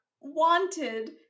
wanted